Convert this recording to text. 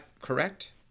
correct